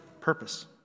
purpose